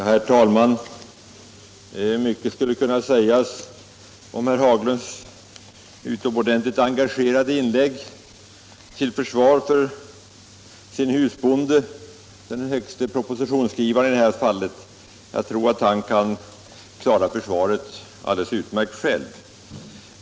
Herr talman! Mycket skulle kunna sägas om herr Haglunds utomordentligt engagerade inlägg till försvar för sin husbonde —- den högste propositionsskrivaren i det här fallet. Jag tror att denne kan klara försvaret alldeles utmärkt själv.